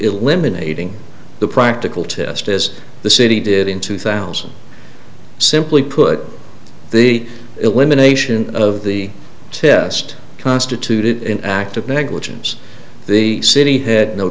eliminating the practical test as the city did in two thousand simply put the elimination of the test constituted an act of negligence the city had no